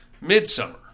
Midsummer